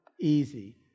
easy